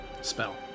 spell